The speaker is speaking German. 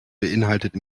beinhaltet